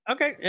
Okay